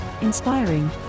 inspiring